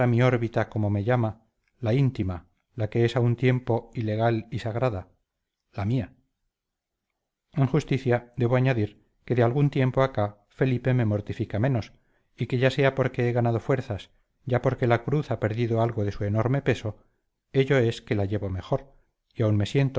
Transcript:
órbita como me llama la íntima la que es a un tiempo ilegal y sagrada la mía en justicia debo añadir que de algún tiempo acá felipe me mortifica menos y que ya sea porque he ganado fuerzas ya porque la cruz ha perdido algo de su enorme peso ello es que la llevo mejor